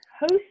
host